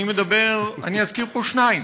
אני אזכיר פה שניים: